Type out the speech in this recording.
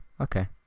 okay